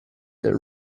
their